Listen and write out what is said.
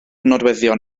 nodweddion